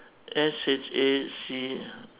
S H A C